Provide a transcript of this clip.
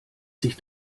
sich